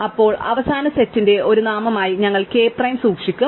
അപ്പോൾ അവസാന സെറ്റിന്റെ ഒരു നാമമായി ഞങ്ങൾ k പ്രൈം സൂക്ഷിക്കും